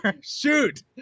Shoot